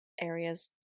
areas